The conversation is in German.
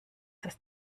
das